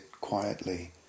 quietly